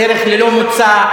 דרך ללא מוצא.